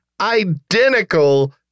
identical